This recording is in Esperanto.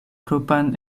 propran